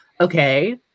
okay